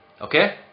okay